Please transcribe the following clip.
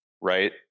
Right